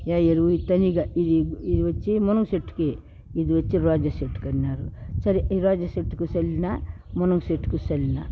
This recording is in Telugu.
ఎ ఎరువు ఇది ఇది వచ్చి మునగ చెట్టు కి ఇది వచ్చి రోజా చెట్టుకన్నారు సరే ఈ రోజా చెట్టుకి చల్లిన మునగ చెట్టుకి చల్లిన